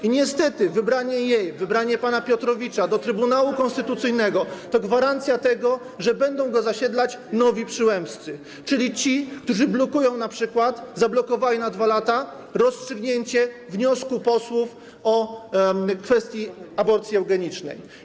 I niestety wybranie jej, wybranie pana Piotrowicza do Trybunału Konstytucyjnego to gwarancja tego, że będą go zasiedlać nowi Przyłębscy, czyli ci, którzy np. zablokowali na 2 lata rozstrzygnięcie wniosku posłów w kwestii aborcji eugenicznej.